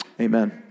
Amen